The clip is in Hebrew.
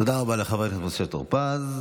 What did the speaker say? תודה רבה לחבר הכנסת משה טור פז.